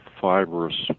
fibrous